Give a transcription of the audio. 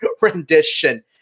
rendition